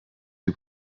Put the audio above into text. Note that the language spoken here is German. die